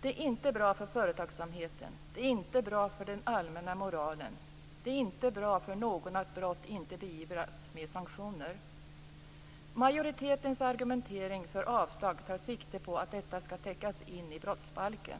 Det är inte bra för företagsamheten. Det är inte bra för den allmänna moralen. Det är inte bra för någon att brott inte beivras med sanktioner. Majoritetens argumentering för avslag tar sikte på att detta skall täckas in i brottsbalken.